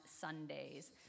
Sundays